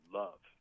love